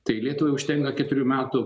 tai lietuvai užtenka keturių metų